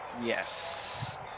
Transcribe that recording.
Yes